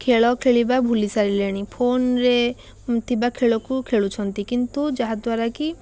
ଖେଳ ଖେଳିବା ଭୁଲି ସାରିଲେଣି ଫୋନ୍ରେ ଥିବା ଖେଳକୁ ଖେଳୁଛନ୍ତି କିନ୍ତୁ ଯାହାଦ୍ୱାରା କି